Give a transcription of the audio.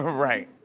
right.